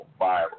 viral